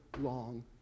long